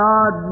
God